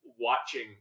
watching